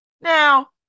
Now